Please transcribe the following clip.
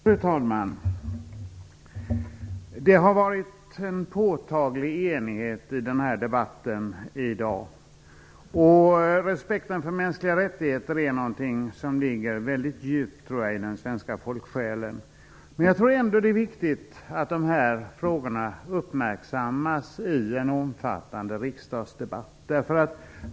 Fru talman! Det har varit en påtaglig enighet i den här debatten i dag. Respekten för de mänskliga rättigheterna är något som ligger väldigt djupt i den svenska folksjälen. Men jag tror ändå att det är viktigt att de här frågorna uppmärksammas i en omfattande riksdagsdebatt.